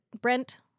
Brent